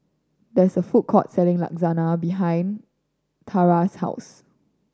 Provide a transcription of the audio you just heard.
there is a food court selling Lasagne behind Tarah's house